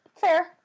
Fair